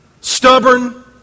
Stubborn